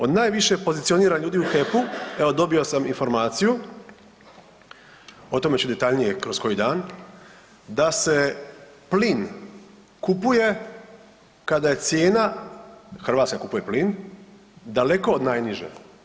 Od najviše pozicioniranih ljudi u HEP-u evo dobio sam informaciju, o tome ću detaljnije kroz koji dan, da se plin kupuje kada je cijena, Hrvatska kupuje plin, daleko najniža.